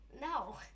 No